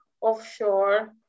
offshore